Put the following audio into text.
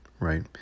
Right